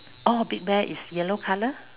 orh big bear is yellow color